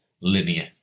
linear